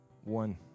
one